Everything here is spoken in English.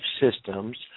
systems